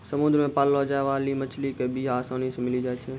समुद्र मे पाललो जाय बाली मछली के बीया आसानी से मिली जाई छै